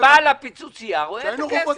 -- אני בעל הפיצוצייה רואה את הכסף.